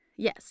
Yes